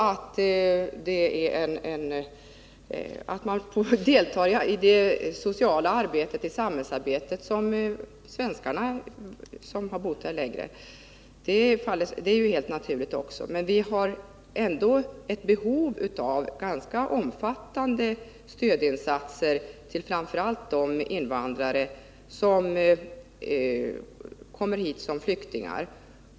Att man — liksom andra svenska medborgare som har bott här längre — deltar i det sociala arbetet i samhället är också helt naturligt. Men det finns ändå ett behov av ganska omfattande stödinsatser framför allt när det gäller de invandrare som kommit hit som flyktingar.